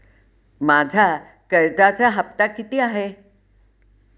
माझा कर्जाचा हफ्ता किती आहे?